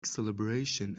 celebration